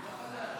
מפתיע מאוד.